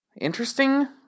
Interesting